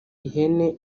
ihene